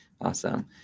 awesome